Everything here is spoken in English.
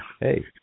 Hey